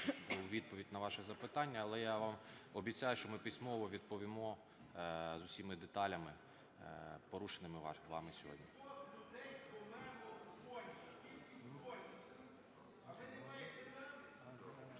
відповідь на ваше запитання. Але я вам обіцяю, що ми письмово відповімо з усіма деталями порушеними вами сьогодні.